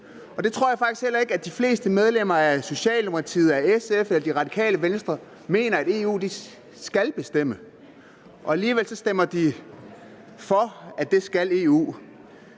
Det tror jeg faktisk heller ikke at de fleste medlemmer af Socialdemokratiet, SF eller Det Radikale Venstre mener at EU skal bestemme. Alligevel stemmer de for, at det skal EU.